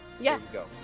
Yes